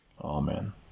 Amen